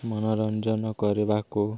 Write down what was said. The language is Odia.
ମନୋରଞ୍ଜନ କରିବାକୁ